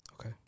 Okay